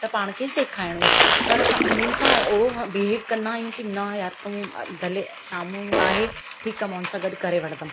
त पाण खे सेखारिणो ई आहे पर असां उन्हनि सां ओहिड़ो बिहेव कंदा आहियूं की न यार तूं अ भले साम्हूं आहे ठीकु आहे मां हुन सां गॾु करे वठंदमि